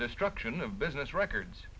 destruction of business records